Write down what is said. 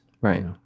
right